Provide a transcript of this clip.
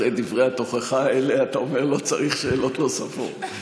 אחרי דברי התוכחה האלה אתה אומר: לא צריך שאלות נוספות.